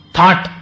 Thought